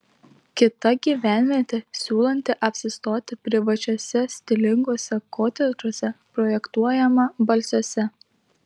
kita gyvenvietė siūlanti apsistoti privačiuose stilinguose kotedžuose projektuojama balsiuose